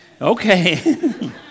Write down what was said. Okay